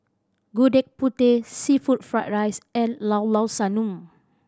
Gudeg Putih seafood fried rice and Llao Llao Sanum